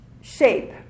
SHAPE